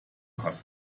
hat